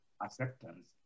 acceptance